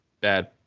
bad